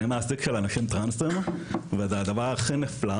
אני מעסיק של אנשים טרנסים וזה הדבר הכי נפלא